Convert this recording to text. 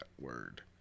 word